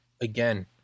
Again